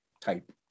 type